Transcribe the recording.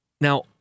Now